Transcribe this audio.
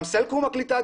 גם סלקום מקליטה,